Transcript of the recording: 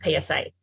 PSA